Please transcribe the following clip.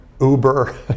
Uber